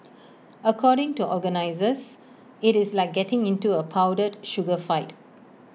according to organisers IT is like getting into A powdered sugar food fight